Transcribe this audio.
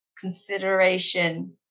consideration